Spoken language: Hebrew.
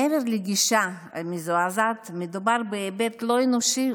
מעבר לגישה המזעזעת, מדובר בהיבט לא אנושי